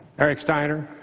eric steiner.